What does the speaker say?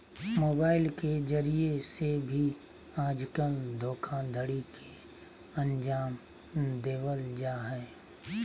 mobile के जरिये से भी आजकल धोखाधडी के अन्जाम देवल जा हय